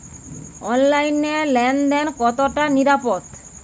অনলাইনে লেন দেন কতটা নিরাপদ?